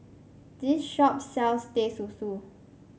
this shop sells Teh Susu